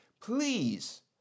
please